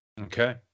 Okay